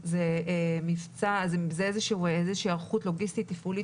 זאת איזושהי היערכות לוגיסטית תפעולית